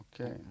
Okay